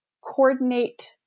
coordinate